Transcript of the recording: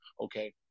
okay